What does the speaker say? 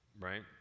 right